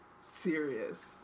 serious